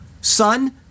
son